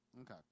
Okay